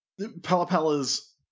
Palapala's